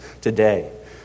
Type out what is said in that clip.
today